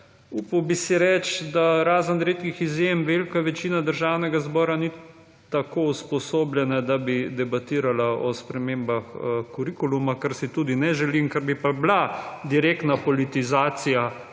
Upal bi si reči, da, razen redkih izjem, velika večina Državnega zbora ni tako usposobljena, da bi debatirala o spremembah kurikuluma, kar si tudi ne želim. Ker bi pa bila direktna politizacija,